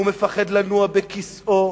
הוא מפחד לנוע בכיסאו,